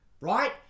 right